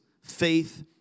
faith